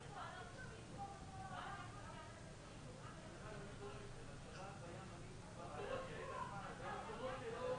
לצערי, בעניין הזה דוגמה לא טובה למקום שבו,